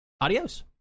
adios